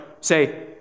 say